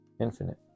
infinite